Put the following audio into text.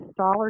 installer